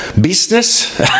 business